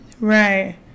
Right